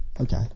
Okay